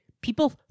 People